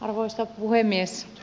arvoisa puhemies